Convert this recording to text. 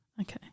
Okay